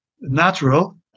natural